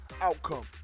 outcome